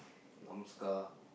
numb scar